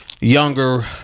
younger